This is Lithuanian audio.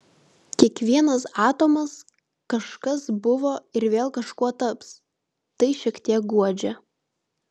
kiekvienas atomas kažkas buvo ir vėl kažkuo taps tai šiek tiek guodžia